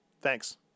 thanks